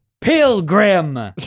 Pilgrim